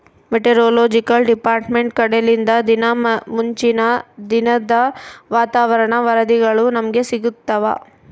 meteorological department ಕಡೆಲಿಂದ ದಿನಾ ಮುಂಚಿನ ದಿನದ ವಾತಾವರಣ ವರದಿಗಳು ನಮ್ಗೆ ಸಿಗುತ್ತವ